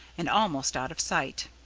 and almost out of sight.